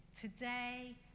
today